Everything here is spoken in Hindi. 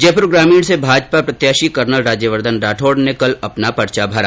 जयपुर ग्रामीण से भाजपा प्रत्याषी कर्नल राज्यवर्धन राठौड ने कल अपना पर्चा भरा